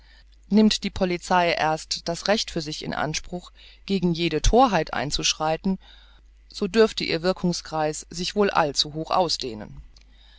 nimmt die polizei erst das recht für sich in anspruch gegen jede thorheit einzuschreiten so dürfte ihr wirkungskreis sich wohl allzuhoch ausdehnen